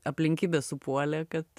aplinkybės supuolė kad